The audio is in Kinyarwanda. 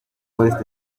west